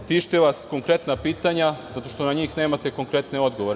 Tište vas konkretna pitanja, zato što na njih nemate konkretne odgovore.